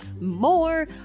more